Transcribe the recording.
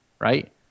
right